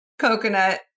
coconut